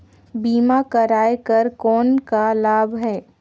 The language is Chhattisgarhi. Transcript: बीमा कराय कर कौन का लाभ है?